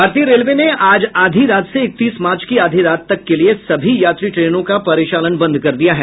भारतीय रेलवे ने आज आधी रात से इकतीस मार्च की आधी रात तक के लिए सभी यात्री ट्रेनों का परिचालन बंद कर दिया है